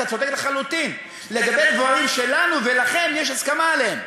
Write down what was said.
אתה צודק לחלוטין לגבי דברים שלנו ולכם יש הסכמה עליהם.